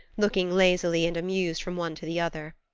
looking lazily and amused from one to the other.